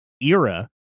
era